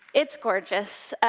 it's gorgeous.